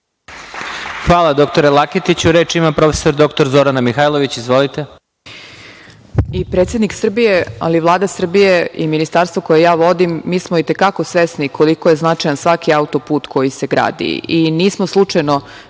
Hvala doktore Laketiću. Reč ima prof. dr Zorana Mihajlović. Izvolite.